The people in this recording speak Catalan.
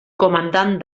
comandant